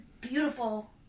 beautiful